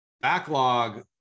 backlog